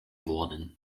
worden